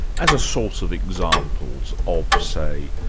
as a source of examples of, say,